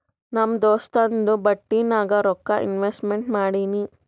ನಮ್ ದೋಸ್ತುಂದು ಬಟ್ಟಿ ನಾಗ್ ರೊಕ್ಕಾ ಇನ್ವೆಸ್ಟ್ಮೆಂಟ್ ಮಾಡಿನಿ